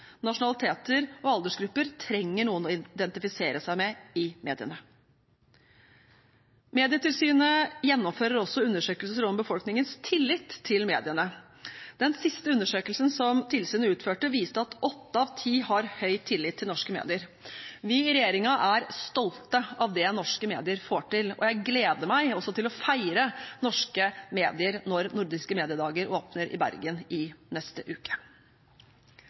nasjonaliteter og aldersgrupper trenger noen å identifisere seg med i mediene. Medietilsynet gjennomfører også undersøkelser om befolkningens tillit til mediene. Den siste undersøkelsen tilsynet utførte, viste at åtte av ti har høy tillit til norske medier. Vi i regjeringen er stolte av det norske medier får til, og jeg gleder meg også til å feire norske medier når Nordiske Mediedager åpner i Bergen i neste uke.